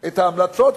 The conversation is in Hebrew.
את ההמלצות,